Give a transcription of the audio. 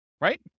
right